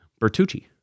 Bertucci